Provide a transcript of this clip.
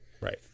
Right